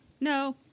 No